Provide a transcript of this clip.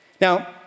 Now